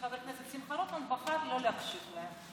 שחבר הכנסת שמחה רוטמן בחר לא להקשיב להם,